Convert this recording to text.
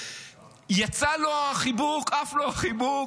יצא לו החיבוק, עף לו החיבוק,